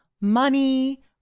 money